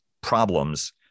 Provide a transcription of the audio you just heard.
problems